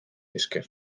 esker